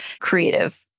creative